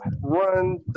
run